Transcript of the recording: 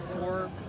four